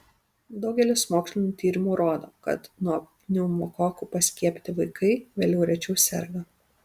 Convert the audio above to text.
daugelis mokslinių tyrimų rodo kad nuo pneumokokų paskiepyti vaikai vėliau rečiau serga